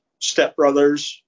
stepbrothers